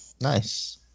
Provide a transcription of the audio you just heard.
nice